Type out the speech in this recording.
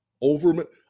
over